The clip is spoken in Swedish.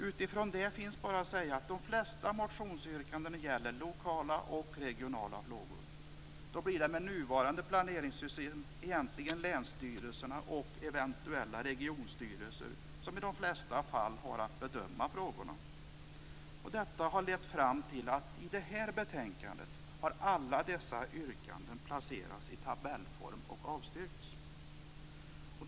Utifrån detta finns bara att säga att de flesta motionsyrkandena gäller lokala och regionala frågor. Då blir det med nuvarande planeringssystem egentligen länsstyrelserna och eventuella regionstyrelser som i de flesta fall har att bedöma frågorna. Detta har lett fram till att alla dessa yrkanden i det här betänkandet har placerats i tabellform och avstyrkts.